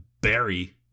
Barry